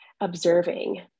observing